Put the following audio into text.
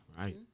Right